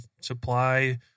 supply